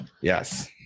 Yes